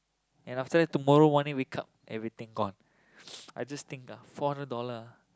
and after that tomorrow morning wake up everything gone I just think the four hundred dollar